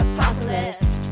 Apocalypse